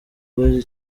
boys